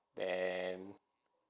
and